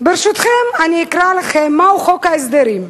ברשותכם, אני אקרא לכם מהו חוק ההסדרים,